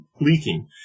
leaking